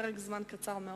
פרק הזמן קצר מאוד,